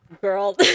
Girl